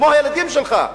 כמו הילדים שלך?